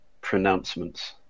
pronouncements